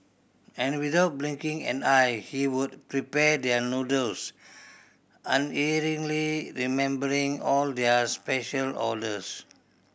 and without blinking an eye he would prepare their noodles unerringly remembering all their special orders